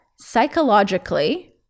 psychologically